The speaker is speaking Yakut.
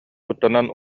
куттанан